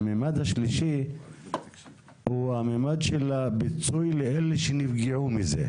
והמימד השלישי הוא המימד של הפיצוי לאלה שנפגעו מזה.